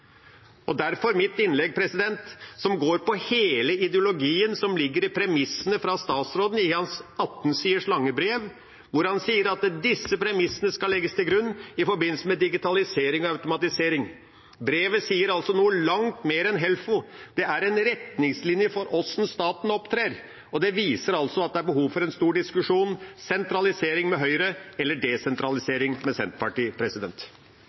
Norge. Derfor mitt innlegg, som går på hele ideologien som ligger i premissene fra statsråden i hans 18 siders lange brev, der han sier at disse premissene skal legges til grunn i forbindelse med digitalisering og automatisering. Brevet handler altså om noe langt mer enn Helfo, det er en retningslinje for hvordan staten opptrer. Det viser at det er behov for en stor diskusjon: sentralisering med Høyre eller desentralisering med Senterpartiet.